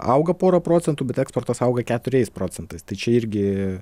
auga pora procentų eksportas auga keturiais procentais tai čia irgi